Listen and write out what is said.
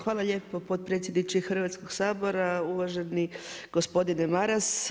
Hvala lijepo potpredsjedniče Hrvatskog sabora, uvaženi gospodine Maras.